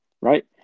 Right